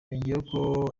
yongeyeho